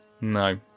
No